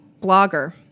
blogger